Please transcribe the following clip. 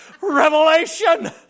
revelation